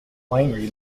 winery